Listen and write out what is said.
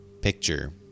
picture